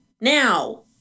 Now